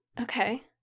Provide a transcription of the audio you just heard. Okay